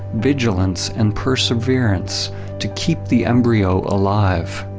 vigilance and perseverance to keep the embryo alive.